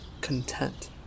content